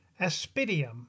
Aspidium